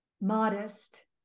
Modest